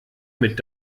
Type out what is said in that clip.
mit